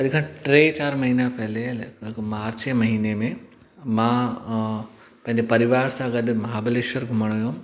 अॼ खां टे चारि महीना पहले लॻभॻि मार्च जे महीने में मां पंहिंजे परिवार सां गॾु महाबलेश्वर घुमणु वियो हुउमि